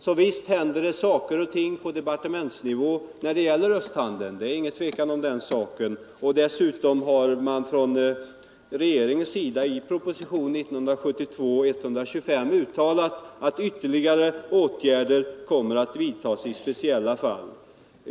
Så visst händer det saker och ting på departementsnivå vad beträffar östhandeln. Dessutom har regeringen i propositionen 125 år 1972 uttalat att ytterligare åtgärder kommer att vidtas i speciella fall.